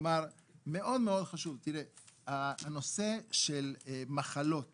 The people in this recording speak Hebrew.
מאוד מאוד חשוב הנושא של מחלות